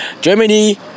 Germany